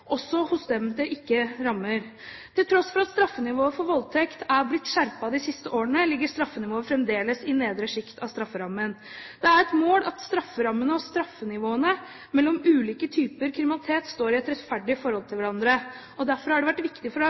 også hos dem det ikke rammer. Til tross for at straffenivået for voldtekt er blitt skjerpet de siste årene, ligger straffenivået fremdeles i nedre sjikt av strafferammen. Det er et mål at strafferammene og straffenivået mellom ulike typer kriminalitet står i et rettferdig forhold til hverandre, og derfor har det vært viktig for